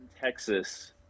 Texas